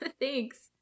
Thanks